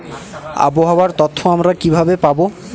আবহাওয়ার তথ্য আমরা কিভাবে পাব?